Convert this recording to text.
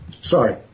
Sorry